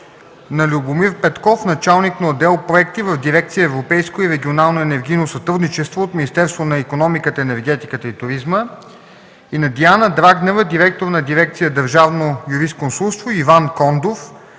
на Любомир Петков – началник на отдел „Проекти” в дирекция „Европейско и регионално енергийно сътрудничество” от Министерство на икономиката, енергетиката и туризма; и на Диана Драгнева – директор на дирекция „Държавно юрисконсулство”, и Иван Кондов